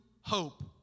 hope